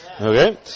Okay